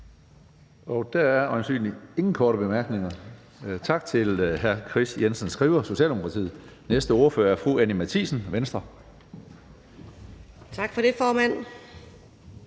Der er øjensynlig ingen korte bemærkninger. Tak til hr. Kris Jensen Skriver, Socialdemokratiet. Næste ordfører er fru Anni Matthiesen, Venstre. Kl. 15:31 (Ordfører)